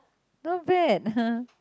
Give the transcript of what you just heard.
not bad